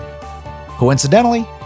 Coincidentally